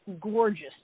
gorgeous